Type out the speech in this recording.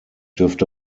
dürfte